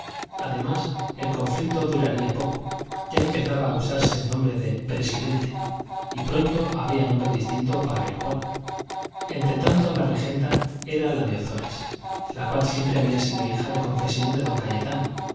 además el conflicto duraría poco ya empezaba a usarse el nombre de presidente y pronto habría nombre distinto para cada cual entretanto la regenta era la de ozores la cual siempre había sido hija de confesión de don cayetano